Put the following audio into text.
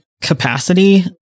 capacity